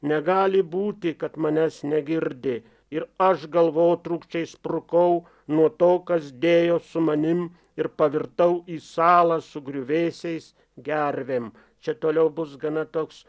negali būti kad manęs negirdi ir aš galvotrūkčiais sprukau nuo to kas dėjos su manim ir pavirtau į sala su griuvėsiais gervėm čia toliau bus gana toks